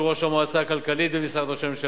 הוא ראש המועצה הכלכלית במשרד ראש הממשלה.